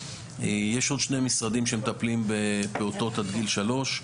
יש עוד שני משרדים שמטפלים בפעוטות עד גיל שלוש,